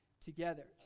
together